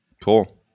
Cool